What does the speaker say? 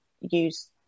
use